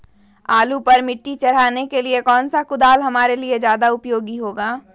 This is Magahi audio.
आलू पर मिट्टी चढ़ाने के लिए कौन सा कुदाल हमारे लिए ज्यादा उपयोगी होगा?